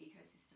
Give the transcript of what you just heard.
ecosystem